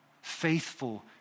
faithful